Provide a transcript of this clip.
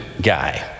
guy